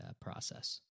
process